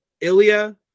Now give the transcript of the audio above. Ilya